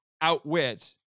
outwit